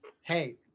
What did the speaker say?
Hey